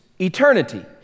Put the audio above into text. eternity